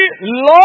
Lord